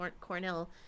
Cornell